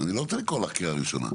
אני לא צריך לקרוא לך קריאה ראשונה.